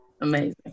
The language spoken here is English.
amazing